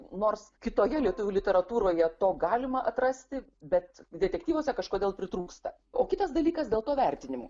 nors kitoje lietuvių literatūroje to galima atrasti bet detektyvuose kažkodėl pritrūksta o kitas dalykas dėl to vertinimo